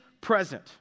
present